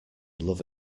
love